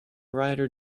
rider